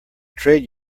trade